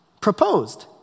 proposed